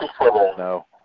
No